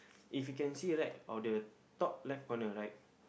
if you can see right on the top left corner right